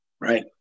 Right